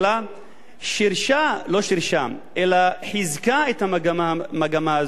לא שילשה אלא חיזקה את המגמה הזאת של תוקפנות כנגד ערבים.